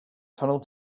tunnel